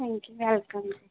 ਹਾਂਜੀ ਵੈਲਕਮ ਜੀ